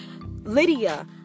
Lydia